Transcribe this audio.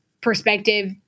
perspective